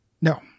no